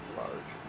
large